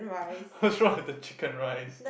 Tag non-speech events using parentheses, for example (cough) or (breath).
(breath) what's wrong with the chicken rice